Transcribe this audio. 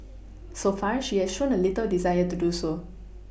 so far she has shown little desire to do so